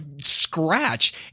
scratch